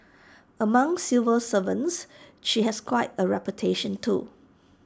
among civil servants she has quite A reputation too